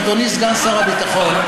אדוני סגן שר הביטחון,